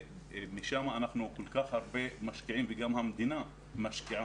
שם אנחנו כל כך הרבה משקיעים וגם המדינה משקיעה,